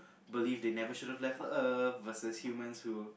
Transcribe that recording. believed they never should have left the earth versus humans who